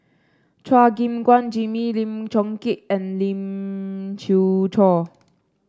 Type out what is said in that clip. Chua Gim Guan Jimmy Lim Chong Keat and Lee Siew Choh